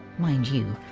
mind you,